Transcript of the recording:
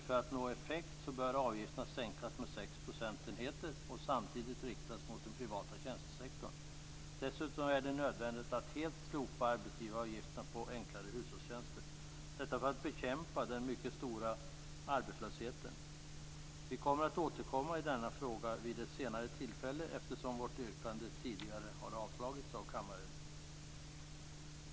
För att nå effekt bör avgifterna, anser vi, sänkas med sex procentenheter och samtidigt riktas mot den privata tjänstesektorn. Dessutom är det nödvändigt att helt slopa arbetsgivaravgifterna på enklare hushållstjänster; detta för att bekämpa den mycket stora arbetslösheten. Vi återkommer i denna fråga vid ett senare tillfälle eftersom vårt yrkande tidigare har avslagits av kammaren.